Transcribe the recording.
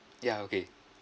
ya okay